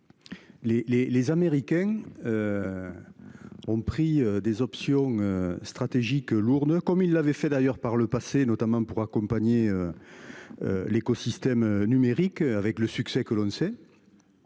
les Américains. Ont pris des options stratégiques lourdes comme il l'avait fait d'ailleurs par le passé notamment pour accompagner. L'écosystème numérique avec le succès que l'on sait.